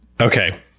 Okay